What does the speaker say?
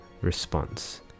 response